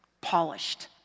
polished